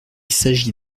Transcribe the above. s’agit